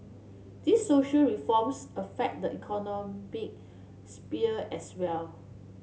these social reforms affect the economic sphere as well